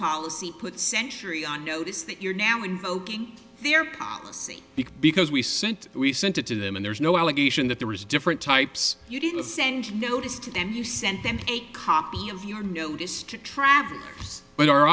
policy put century on notice that you're now invoking their policy because we sent we sent it to them and there's no allegation that there was different types you didn't send notice to them you sent them a copy of your notice to travelers but our